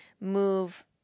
move